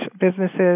businesses